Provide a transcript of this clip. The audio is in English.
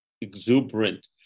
exuberant